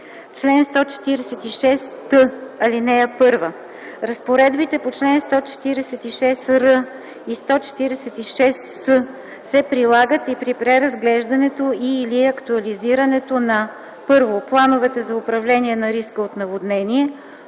Чл. 146т. (1) Разпоредбите на чл. 146р и 146с се прилагат и при преразглеждането и/или актуализирането на: 1. плановете за управление на риска от наводнение;